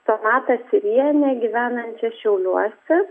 sonatą siūrienę gyvenančią šiauliuose